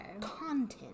Content